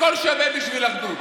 הכול שווה בשביל אחדות.